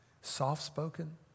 soft-spoken